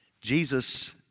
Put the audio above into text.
Jesus